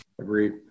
Agreed